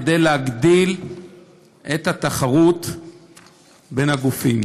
כדי להגדיל את התחרות בין הגופים.